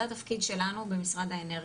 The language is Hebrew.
זה התפקיד שלנו במשרד האנרגיה.